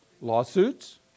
Lawsuits